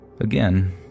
Again